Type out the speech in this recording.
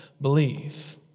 believe